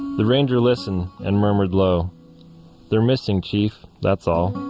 the ranger listened and murmured low they're missing chief. that's all